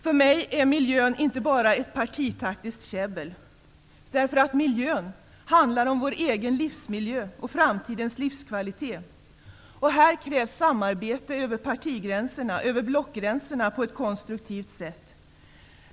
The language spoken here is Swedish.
För mig är miljöfrågorna inte bara ett partitaktiskt käbbel, därför att de handlar om vår egen livsmiljö och framtidens livskvalitet. Här krävs samarbete över partigränserna och över blockgränsen på ett konstruktivt sätt.